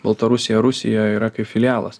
baltarusija rusija yra kaip filialas